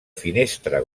finestra